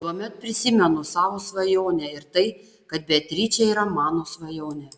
tuomet prisimenu savo svajonę ir tai kad beatričė yra mano svajonė